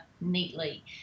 neatly